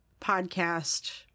podcast